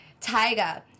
Tyga